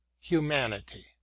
humanity